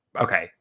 Okay